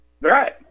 Right